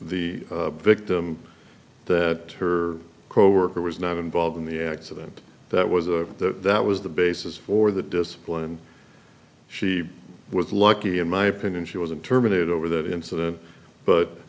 e victim that her coworker was not involved in the accident that was the that was the basis for the discipline she was lucky in my opinion she wasn't terminated over that incident but